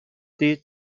دید